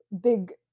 big